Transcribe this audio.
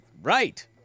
Right